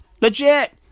Legit